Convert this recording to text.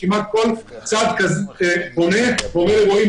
שכמעט כל צד פונה ושואל אותי: רועי,